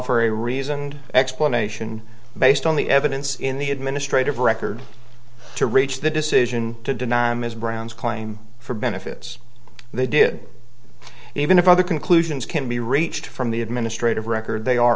offer a reasoned explanation based on the evidence in the administrative record to reach the decision to deny ms brown's claim for benefits they did even if other conclusions can be reached from the administrative record they are